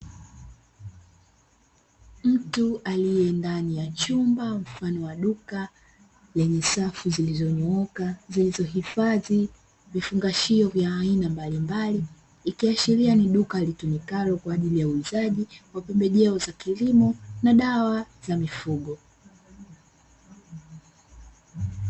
Mtu aliyendani ya chumba mfano wa duka lenye safu zilizonyooka zilizohifadhi vifungashio vya aina mbalimbali, ikiashiria ni duka litumikalo kwa ajili uuzaji wa pembejeo za kilimo na dawa za mifugo.